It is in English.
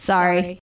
Sorry